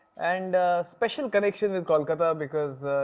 and special connection with kolkata because.